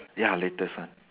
ya latest one